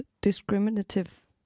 discriminative